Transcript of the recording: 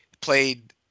played